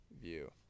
view